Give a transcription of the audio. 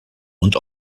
und